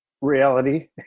reality